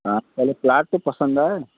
हाँ पहले प्लाट तो पसंद आए